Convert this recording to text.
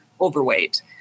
overweight